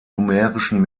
numerischen